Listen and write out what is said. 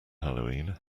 halloween